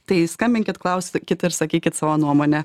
tai skambinkit klauskit ir sakykit savo nuomonę